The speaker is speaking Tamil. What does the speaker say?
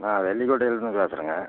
நான் வெள்ளிக்கோட்டையிலிருந்து பேசுகிறேங்க